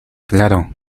claro